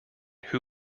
who